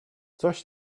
coś